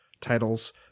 titles